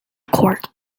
court